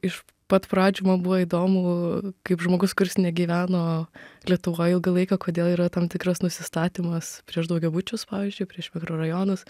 iš pat pradžių man buvo įdomu kaip žmogus kuris negyveno lietuvoj ilgą laiką kodėl yra tam tikras nusistatymas prieš daugiabučius pavyzdžiui prieš mikrorajonus